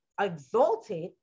exalted